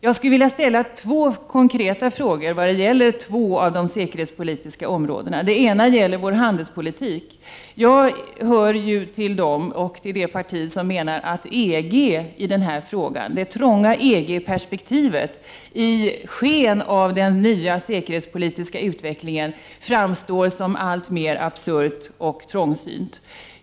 Jag skulle vilja ställa två konkreta frågor angående två områden inom säkerhetspolitiken. Den ena gäller vår handelspolitik. Jag hör till det parti som menar att det trånga EG-perspektivet i sken av den nya säkerhetspolitiska utvecklingen framstår som alltmer absurt och trångsynt.